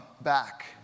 back